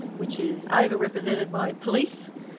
which is over-represented by police,